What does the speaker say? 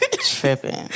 Tripping